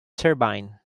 turbine